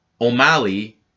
O'Malley